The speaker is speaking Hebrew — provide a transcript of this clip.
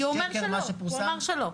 הוא אומר שלא.